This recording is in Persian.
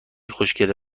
خوشگله